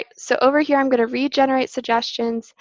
ah so over here, i'm going to regenerate suggestions.